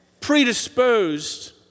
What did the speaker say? predisposed